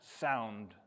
sound